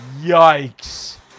Yikes